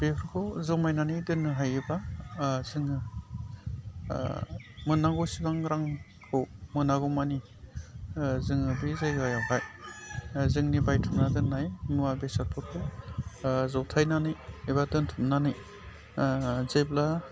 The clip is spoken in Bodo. बेफोरखौ जमायनानै दोननो हायोबा जोङो मोननांगौसेबां रांखौ मोनागौमानि जोङो बे जायगायावहाय जोंनि बायथुमना दोननाय मुवा बेसादफोरखौ जथायनानै एबा दोनथुमनानै जेब्ला